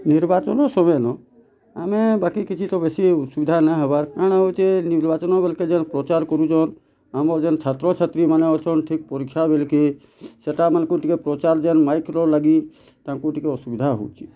ନିର୍ବାଚନ୍ ସମିଆନ ଆମେ ବାକି କିଛି ତ ବେଶୀ ଅସୁବିଧା ନାଇଁ ହବାର୍ କାଣା ହଉଛେ ନିର୍ବାଚନ ବେଲ୍କେ ଜେନ୍ ପ୍ରଚାର୍ କରୁଛନ୍ ଆମର୍ ଯେନ୍ ଛାତ୍ର ଛାତ୍ରୀମାନେ ଅଛନ୍ ଠିକ୍ ପରୀକ୍ଷା ବେଲ୍କେ ସେଟାମାନ୍କୁ ଟିକେ ପ୍ରଚାର୍ ଯେନ୍ ମାଇକ୍ର ଲାଗି ତାଙ୍କୁ ଟିକେ ଅସୁବିଧା ହଉଛେ